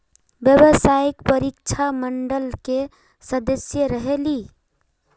व्यावसायिक परीक्षा मंडल के सदस्य रहे ली?